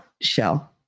Shell